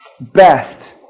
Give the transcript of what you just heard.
best